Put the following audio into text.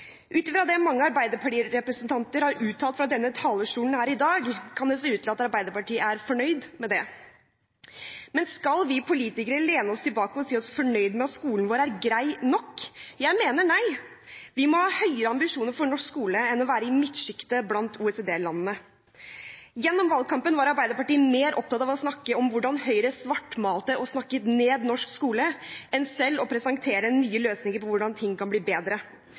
Ut fra det mange arbeiderpartirepresentanter har uttalt fra denne talerstolen her i dag, kan det se ut til at Arbeiderpartiet er fornøyd med det. Men skal vi politikere lene oss tilbake og si oss fornøyd med at skolen vår er «grei nok»? Jeg mener nei. Vi må ha høyere ambisjoner for norsk skole enn å være i midtsjiktet blant OECD-landene. Gjennom valgkampen var Arbeiderpartiet mer opptatt av å snakke om hvordan Høyre svartmalte og snakket ned norsk skole, enn selv å presentere nye løsninger på hvordan ting kan bli bedre.